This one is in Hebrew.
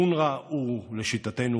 אונר"א הוא לשיטתנו,